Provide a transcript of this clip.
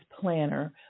planner